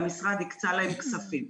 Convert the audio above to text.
והמשרד הקצה להן כספים.